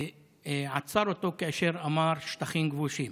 ועצר אותו כאשר אמר "שטחים כבושים".